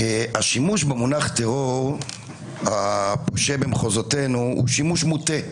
השימוש במונח טרור הפושה במחוזותינו הוא שימוש מוטה.